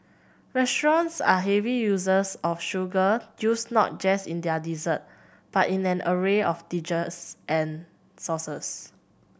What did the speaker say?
restaurants are heavy users of sugar used not just in their dessert but in an array of dishes and sauces